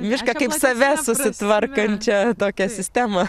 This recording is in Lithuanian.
mišką kaip save susitvarkančią tokią sistemą